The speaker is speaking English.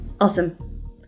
Awesome